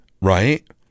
Right